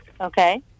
Okay